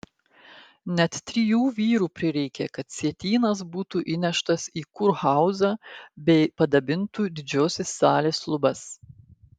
net trijų vyrų prireikė kad sietynas būtų įneštas į kurhauzą bei padabintų didžiosios salės lubas